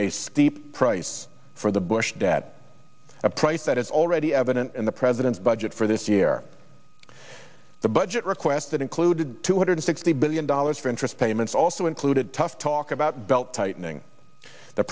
a steep price for the bush debt a price that is already evident in the president's budget for this year the budget request that included two hundred sixty billion dollars for interest payments also included tough talk about belt tightening the